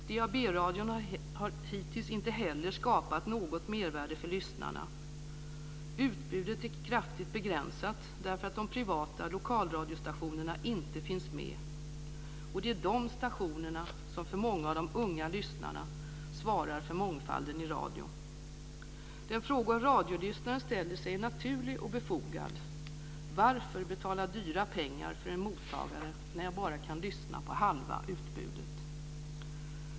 DAB radion har hittills inte heller skapat något mervärde för lyssnarna. Utbudet är kraftigt begränsat därför att de privata lokalradionstationerna inte finns med, och det är dessa stationer som för många av de unga lyssnarna svarar för mångfalden i radio. Den fråga som radiolyssnaren ställer sig är naturlig och befogad: Varför betala dyra pengar för en mottagare när jag bara kan lyssna på halva utbudet?